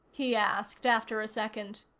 he asked after a second.